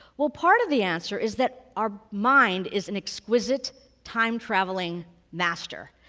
well, part of the answer is that our mind is an exquisite time-travelling master.